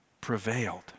prevailed